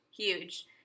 Huge